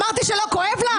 אמרתי שלא כואב לך?